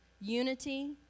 unity